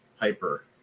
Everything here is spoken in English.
Piper